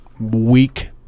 week